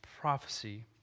prophecy